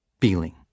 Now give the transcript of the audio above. feeling